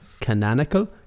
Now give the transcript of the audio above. Canonical